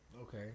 okay